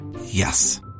Yes